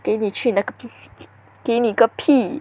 给你去那个给你个屁